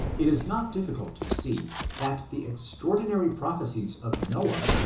it is not difficult to see that the extraordinary prophc sies of noah,